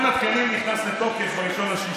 מכון התקנים נכנס לתוקף ב-1 ביוני.